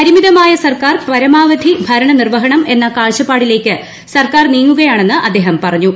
പരിമിതമായ സർക്കാർ പരമാവധി ഭരണ നിർവ്വഹണം എന്ന കാഴ്ചപ്പാടിലേക്ക് സർക്കാർ നീങ്ങുകയാണെന്ന് അദ്ദേഹം പറഞ്ഞു